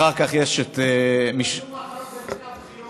אחר כך יש את, התשלום האחרון לפני הבחירות.